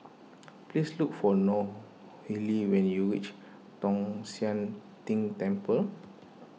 please look for Nohely when you reach Tong Sian Tng Temple